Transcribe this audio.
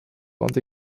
want